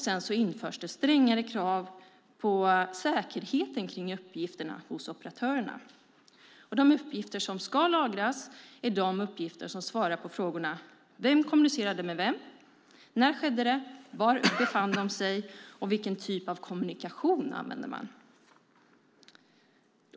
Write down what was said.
Sedan införs strängare krav på säkerheten omkring uppgifterna hos operatörerna. De uppgifter som ska lagras är de uppgifter som svarar på frågorna: Vem kommunicerade med vem? När skedde det? Var befann de sig? Vilken typ av kommunikation använde de?